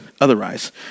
otherwise